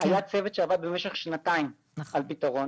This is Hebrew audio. היה צוות שעבד במשך שנתיים על פתרון